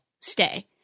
stay